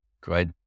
Great